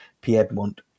Piedmont